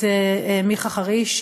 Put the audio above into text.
את מיכה חריש.